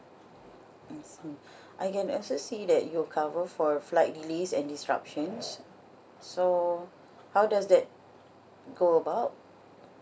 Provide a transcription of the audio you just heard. I see I can also see that you cover for flight delays and disruptions so how does that go about